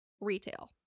retail